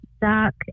dark